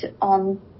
on